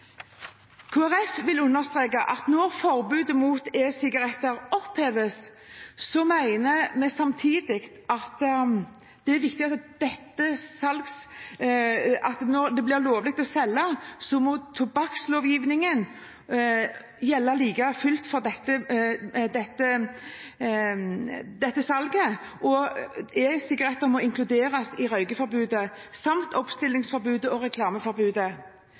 vil understreke at når forbudet mot e-sigaretter oppheves, mener vi samtidig at når de blir lovlige å selge, må tobakkslovgivningen gjelde like fullt for dem. E-sigaretter må inkluderes i røykeforbudet, i oppstillingsforbudet og i reklameforbudet.